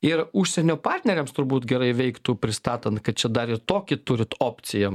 ir užsienio partneriams turbūt gerai veiktų pristatant kad čia dar ir tokį turit opciją